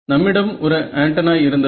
நம்மிடம் ஒரு ஆண்டனா இருந்தது